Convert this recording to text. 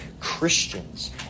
christians